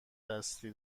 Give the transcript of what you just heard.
دستی